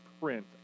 print